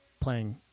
playing